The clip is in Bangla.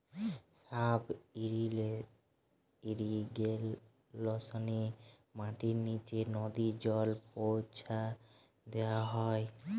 সাব ইর্রিগেশনে মাটির নিচে নদী জল পৌঁছা দেওয়া হয়